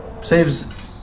Saves